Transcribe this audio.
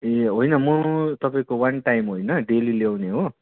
ए होइन म तपाईँको वान टाइम होइन डेली ल्याउने हो